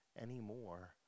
anymore